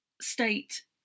state